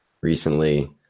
recently